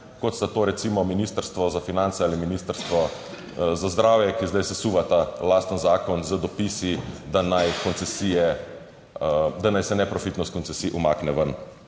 kot sta to recimo Ministrstvo za finance ali Ministrstvo za zdravje, ki zdaj sesuva ta lasten zakon z dopisi, da naj se neprofitnost koncesij umakne ven